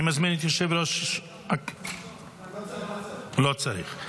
אני מזמין את יושב-ראש --- לא צריך, לא צריך.